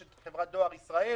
יש את חברת דואר ישראל